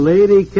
Lady